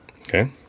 okay